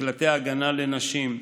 מקלטי הגנה לנשים,